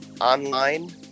online